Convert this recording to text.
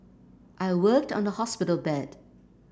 I worked on the hospital bed